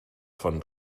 von